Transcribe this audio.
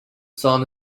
son